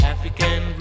African